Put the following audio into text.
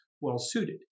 well-suited